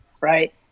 right